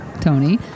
Tony